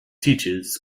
teaches